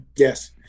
Yes